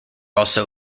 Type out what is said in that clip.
also